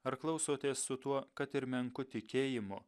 ar klausotės su tuo kad ir menku tikėjimu